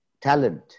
talent